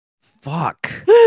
Fuck